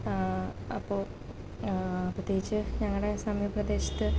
അപ്പോള് പ്രത്യേകിച്ച് ഞങ്ങളുടെ സമീപ പ്രദേശത്ത്